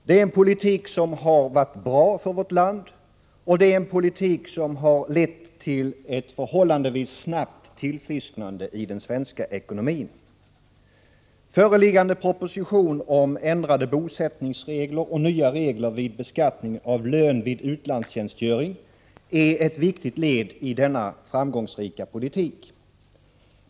Det är en politik som har varit bra för vårt land och lett till ett förhållandevis snabbt tillfrisknande i den svenska ekonomin. Föreliggande proposition om ändrade bosättningsregler och nya regler vid beskattning av lön vid utlandstjänstgöring är ett viktigt led i denna framgångsrika politik.